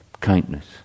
kindness